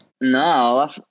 No